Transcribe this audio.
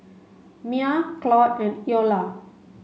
Miah Claud and Eola